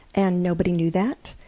and nobody knew that.